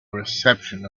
reception